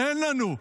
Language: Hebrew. אין לנו.